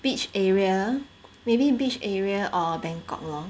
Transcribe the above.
beach area maybe beach area or Bangkok lor